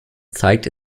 zeigte